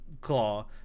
Claw